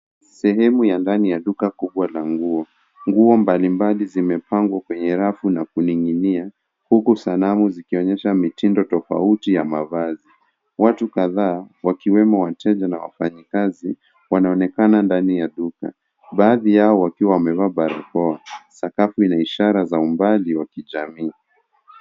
Sehemu ya ndani ya duka kubwa la nguo. Nguo mbalimbali zimepangwa kwenye rafu na kuning'inia huku sanamu zikionyesha mitindo tofauti ya mavazi. Watu kadhaa wakiwemo wateja na wafanyakazi wanaonekana ndani ya duka baadhi yao wakiwa wamevaa barakoa. Sakafu ina ishara za umbali wa kijani.